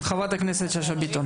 ברשותך, חברת הכנסת ששה ביטון.